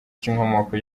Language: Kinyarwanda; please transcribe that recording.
cy’inkomoko